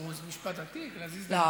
זה משפט עתיק, להזיז את הגבינה.